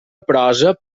prosa